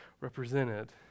represented